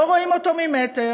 לא רואים אותו ממטר,